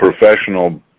professional